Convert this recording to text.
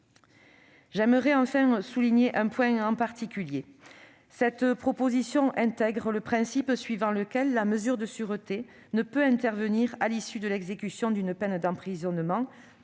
la mesure. Je souligne enfin un point particulier. Cette proposition de loi intègre le principe suivant lequel la mesure de sûreté ne peut intervenir à l'issue de l'exécution d'une peine d'emprisonnement